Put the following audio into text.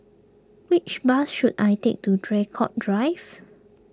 which bus should I take to Draycott Drive